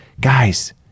guys